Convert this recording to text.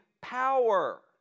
power